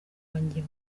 wanjye